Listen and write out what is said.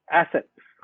assets